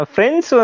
Friends